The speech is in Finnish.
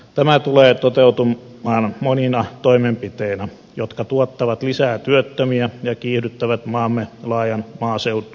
tämä tulee toteutumaan monina toimenpiteitä jotka tuottavat lisää työttömiä ja kiihdyttävät maamme laajan maaseudun autioitumista